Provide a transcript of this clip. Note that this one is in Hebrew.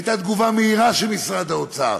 הייתה תגובה מהירה של משרד האוצר,